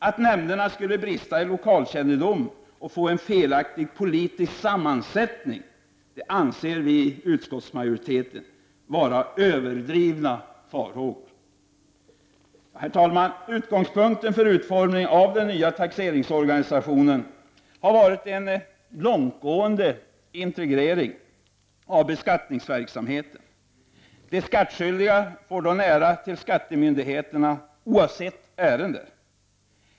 Att nämnderna skulle brista i lokalkännedom och få en felaktig politisk sammansättning, anser vi i utskottsmajoriteten vara överdrivna farhågor. Herr talman! Utgångspunkten för utformningen av den nya taxeringsorganisationen har varit en långtgående integrering av beskattningsverksamheten. De skattskyldiga får då nära till skattemyndigheterna oavsett ärende.